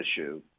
issue